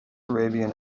arabian